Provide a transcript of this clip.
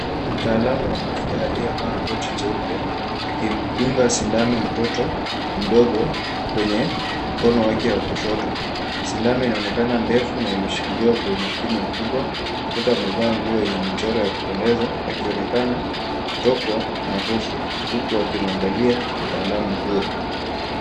Mtaalamu wa afya aliyevaa koti jeupe akimdunga sindano mtoto mdogo kwenye mkono wake wa kushoto. Sindano inaonekana ndefu na imeshikiliwa kwa umakini mkubwa. Mtoto amevaa nguo yenye michoro ya kupendeza akionekana kutokwa na hofu huku akimwangalia mtaalamu huyo.